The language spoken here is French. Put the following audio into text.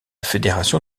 fédération